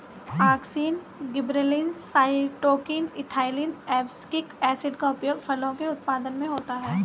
auxin, gibberellins, cytokinin, ethylene, abscisic acid का उपयोग फलों के उत्पादन में होता है